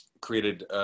created